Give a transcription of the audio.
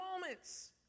moments